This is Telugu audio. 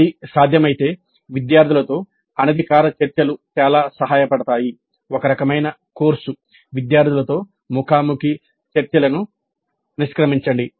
అది సాధ్యమైతే విద్యార్థులతో అనధికారిక చర్చలు చాలా సహాయపడతాయి ఒక రకమైన కోర్సు విద్యార్థులతో ముఖాముఖి చర్చలను నిష్క్రమించండి